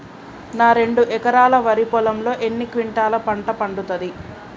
నా రెండు ఎకరాల వరి పొలంలో ఎన్ని క్వింటాలా పంట పండుతది?